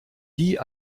die